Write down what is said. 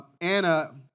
Anna